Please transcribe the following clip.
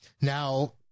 Now